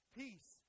peace